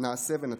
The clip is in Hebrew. נעשה ונצליח.